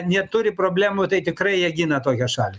neturi problemų tai tikrai jie gina tokią šalį